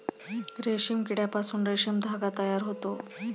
रेशीम किड्यापासून रेशीम धागा तयार होतो